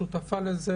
שותפה לזה,